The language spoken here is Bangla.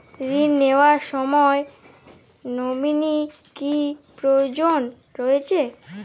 ঋণ নেওয়ার সময় নমিনি কি প্রয়োজন রয়েছে?